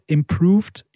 Improved